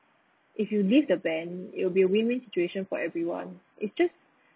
if you lift the ban it will be win win situation for everyone it's just